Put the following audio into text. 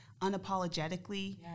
unapologetically